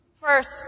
First